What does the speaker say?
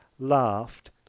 Laughed